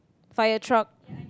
firetruck